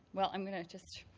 well, i'm going to just